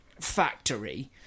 factory